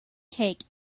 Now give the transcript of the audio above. cake